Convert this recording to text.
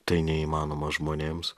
tai neįmanoma žmonėms